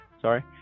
sorry